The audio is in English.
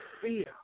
fear